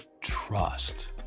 trust